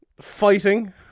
fighting